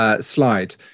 slide